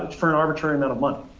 for an arbitrary amount of money,